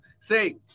Say